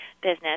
business